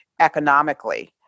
economically